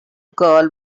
girl